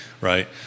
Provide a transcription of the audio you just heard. right